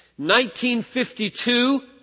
1952